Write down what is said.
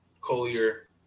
Collier